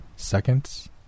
seconds